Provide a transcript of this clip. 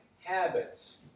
habits